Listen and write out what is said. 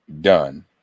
done